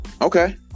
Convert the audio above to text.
Okay